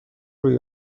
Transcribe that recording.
روی